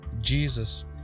Jesus